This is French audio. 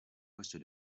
poste